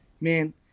Man